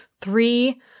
three